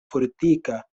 fortika